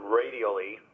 radially